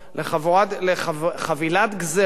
לחבילת גזירות